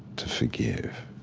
to forgive,